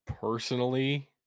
personally